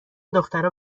دخترها